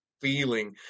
feeling